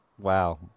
Wow